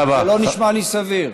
זה לא נשמע לי סביר.